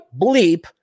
bleep